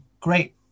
great